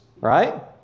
right